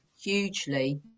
hugely